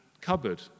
cupboard